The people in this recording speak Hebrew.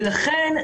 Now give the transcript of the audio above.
ולכן,